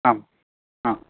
आम् आम्